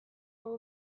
all